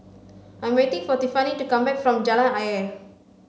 I am waiting for Tiffany to come back from Jalan Ayer